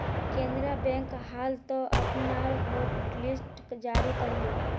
Canara bank हाल त अपनार हॉटलिस्ट जारी कर ले